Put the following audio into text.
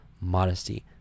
modesty